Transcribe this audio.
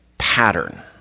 pattern